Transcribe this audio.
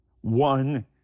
one